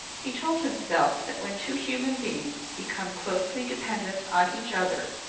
he told himself that when two human beings become closely dependent on each other,